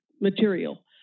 material